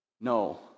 No